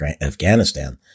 Afghanistan